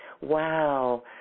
wow